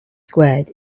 squared